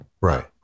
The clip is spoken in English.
Right